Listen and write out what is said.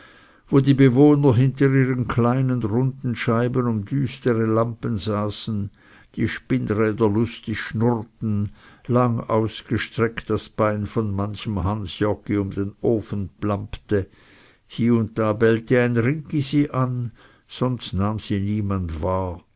wo die bewohner hinter ihren kleinen runden scheiben um düstere lampen saßen die spinnräder lustig schnurrten lang ausgestreckt das bein von manchem hans joggi um den ofen blampete hie und da bellte ein ringgi sie an sonst nahm sie niemand wahr